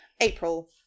April